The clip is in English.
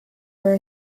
for